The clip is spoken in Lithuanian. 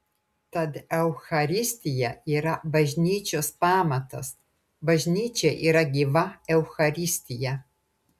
tad eucharistija yra bažnyčios pamatas bažnyčia yra gyva eucharistija